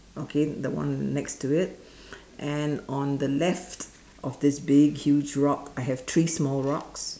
okay the one next to it and on the left of this big huge rock I have three small rocks